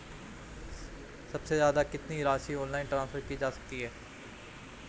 सबसे ज़्यादा कितनी राशि ऑनलाइन ट्रांसफर की जा सकती है?